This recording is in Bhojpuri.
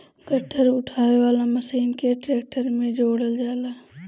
गट्ठर उठावे वाला मशीन के ट्रैक्टर में जोड़ल जाला